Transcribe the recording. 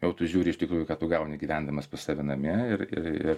jau tu žiūri iš tikrųjų ką tu gauni gyvendamas pas save name ir ir ir